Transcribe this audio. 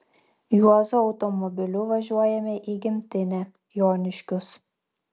juozo automobiliu važiuojame į gimtinę joniškius